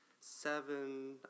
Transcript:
seven